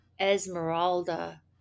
Esmeralda